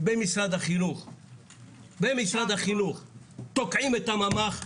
במשרד החינוך תוקעים את הממ"ח,